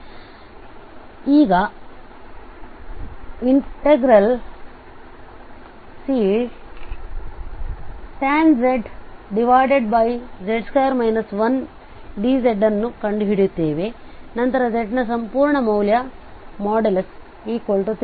ನಾವು ಈಗ Ctan z dz ಅನ್ನು ಕಂಡು ಹಿಡಿಯುತ್ತೇವೆ ನಂತರ z ನ ಸಂಪೂರ್ಣ ಮೌಲ್ಯ z32